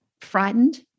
frightened